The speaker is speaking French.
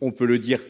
on peut le dire,